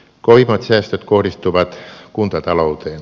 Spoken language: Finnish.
kovimmat säästöt kohdistuvat kuntatalouteen